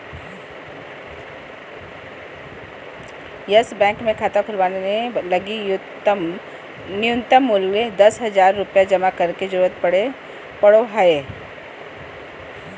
yes Bank मे खाता खोलवावे लगी नुय्तम मूल्य दस हज़ार रुपया जमा करे के जरूरत पड़ो हय